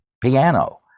piano